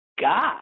God